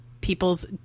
people's